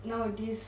nowadays